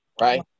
right